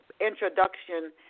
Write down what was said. introduction